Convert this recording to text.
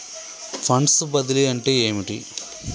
Funds బదిలీ అంటే ఏమిటి?